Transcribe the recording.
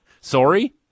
Sorry